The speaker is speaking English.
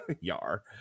Yar